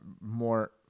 more